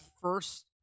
first